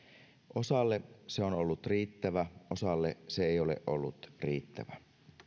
osalle se on ollut riittävä osalle se ei ole ollut riittävä